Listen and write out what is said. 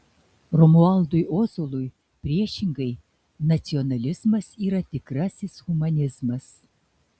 romualdui ozolui priešingai nacionalizmas yra tikrasis humanizmas